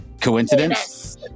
Coincidence